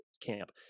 camp